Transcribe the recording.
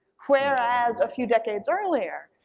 whereas a few decades earlier,